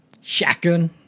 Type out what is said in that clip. Shotgun